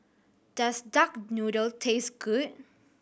does duck noodle taste good